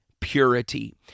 purity